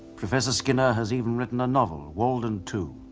professor skinner has even written a novel, walden two,